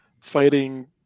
fighting